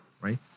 right